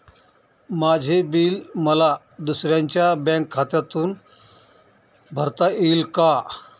माझे बिल मला दुसऱ्यांच्या बँक खात्यातून भरता येईल का?